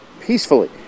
peacefully